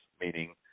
meaning